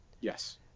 Yes